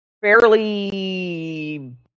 fairly